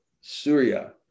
Surya